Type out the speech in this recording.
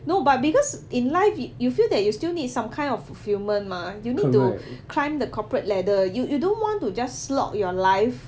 no but because in life you you feel that you still need some kind of fulfilment mah you need to climb the corporate ladder you you don't want to just slog your life